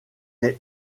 est